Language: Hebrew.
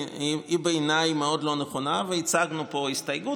בעיניי היא מאוד לא נכונה, והצגנו פה הסתייגות.